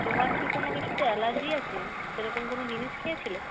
তোমার কি কোনো কিছুতে অ্যালার্জি আছে সেরকম কোনো জিনিস খেয়েছিলে